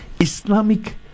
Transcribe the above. Islamic